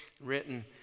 written